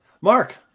Mark